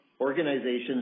Organizations